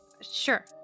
Sure